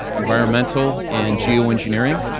environmental, and geo engineering.